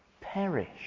Perish